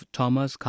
Thomas